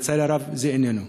לצערי הרב, זה איננו.